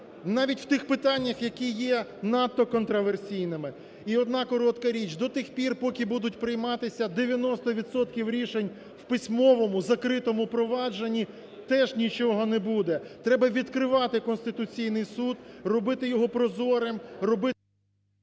навіть в тих питаннях, які є надто контраверсійними. І одна коротка річ. До тих пір, поки будуть прийматися дев’яносто відсотків рішень в письмовому закритому провадженні, теж нічого не буде. Треба відкривати Конституційний Суд, робити його прозорим, робити…